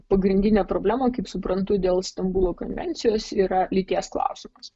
pagrindinė problema kaip suprantu dėl stambulo konvencijos yra lyties klausimas